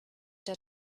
der